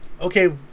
okay